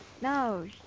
No